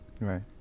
right